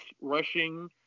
rushing